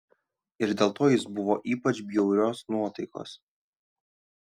ir dėl to jis buvo ypač bjaurios nuotaikos